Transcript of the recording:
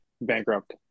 bankrupt